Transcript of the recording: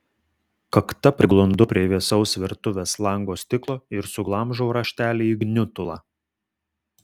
kakta priglundu prie vėsaus virtuvės lango stiklo ir suglamžau raštelį į gniutulą